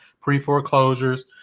pre-foreclosures